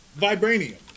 vibranium